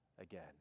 Again